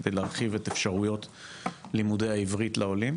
כדי להרחיב את אפשרויות לימודי העברית לעולים,